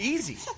Easy